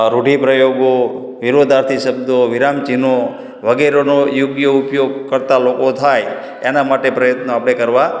રુઢિપ્રયોગો વિરુદ્ધાર્થી શબ્દો વિરામ ચિહ્નો વગેરેનો યોગ્ય ઉપયોગ કરતા લોકો થાય એના માટે પ્રયત્નો આપણે કરવા